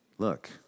Look